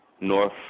North